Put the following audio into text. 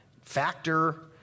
factor